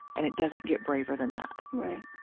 and it doesn't get braver than that right.